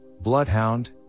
Bloodhound